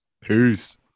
Peace